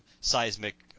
seismic